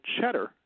Cheddar